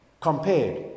Compared